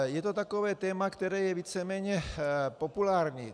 Je to takové téma, které je víceméně populární.